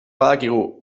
badakigu